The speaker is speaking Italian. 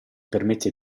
permette